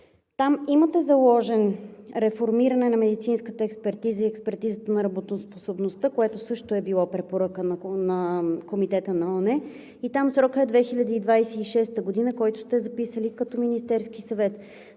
имате заложено реформиране на медицинската експертиза и експертизата на работоспособността, което също е било препоръка на Комитета на ООН. Там срокът, който сте записали в Министерския съвет,